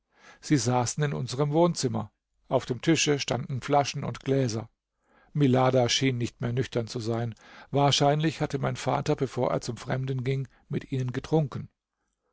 sie saßen in unserem wohnzimmer auf dem tische standen flaschen und gläser milada schien nicht mehr nüchtern zu sein wahrscheinlich hatte mein vater bevor er zum fremden ging mit ihnen getrunken